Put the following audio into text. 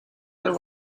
there